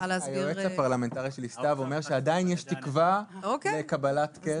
היועצת הפרלמנטרית שליוותה את זה אומרת שעדיין יש תקווה לקבלת קרן.